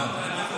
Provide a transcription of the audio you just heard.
גלעד.